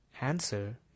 answer